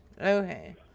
Okay